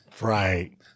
Right